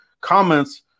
comments